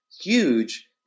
huge